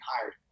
hired